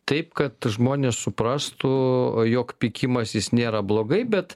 taip kad žmonės suprastų jog pykimasis nėra blogai bet